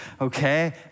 okay